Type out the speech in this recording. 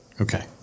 Okay